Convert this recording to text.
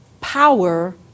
power